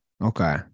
Okay